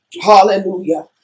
Hallelujah